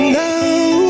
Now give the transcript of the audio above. now